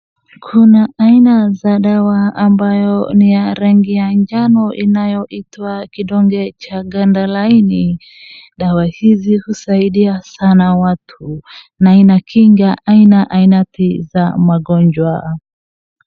Kuna aina za dawa ambayo ni ya rangi ya njano inayoitwa kidonge cha ngandalaini. Dawa hizi husaidia sana watu, na inakinga aina ainati za magonjwa.